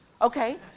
Okay